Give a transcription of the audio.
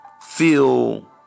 feel